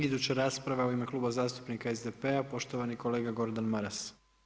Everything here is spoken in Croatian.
Iduća rasprava u ime Kluba zastupnika SDP-a poštovani kolega Gordan Maras.